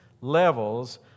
levels